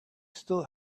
still